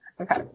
Okay